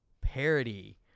parody